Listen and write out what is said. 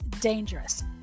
dangerous